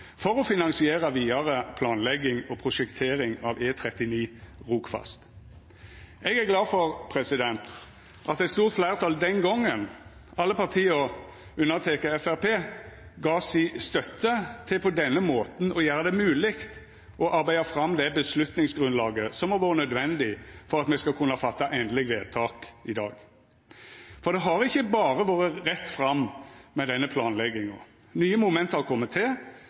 for å finansiera vidare planlegging og prosjektering av E39 Rogfast. Eg er glad for at eit stort fleirtal den gongen, alle partia unnateke Framstegspartiet, gav si støtte til på denne måten å gjera det mogleg å arbeida fram det vedtaksgrunnlaget som har vore nødvendig for at me skal kunna fatta endeleg vedtak i dag, for det har ikkje berre vore rett fram med denne planlegginga. Nye moment har